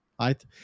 right